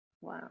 Wow